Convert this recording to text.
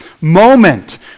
moment